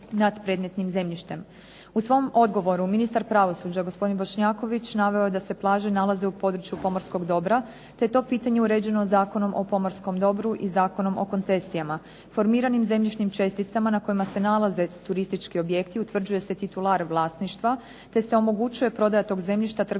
U svom odgovoru ministar pravosuđa gospodin Bošnjaković naveo je da se plaže nalaze u području pomorskog dobra, te je to pitanje uređeno Zakonom o pomorskom dobru i Zakonom o koncesijama. Formiranim zemljišnim česticama na kojima se nalaze turistički objekti utvrđuje se titular vlasništva te se omogućuje prodaja tog zemljišta trgovačkom